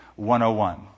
101